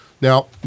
Now